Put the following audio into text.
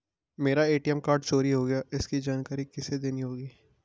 मेरा ATM card चोरी हो गया है इसकी जानकारी किसे देनी होगी?